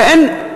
הרי אין.